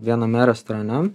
viename restorane